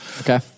okay